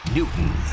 Newton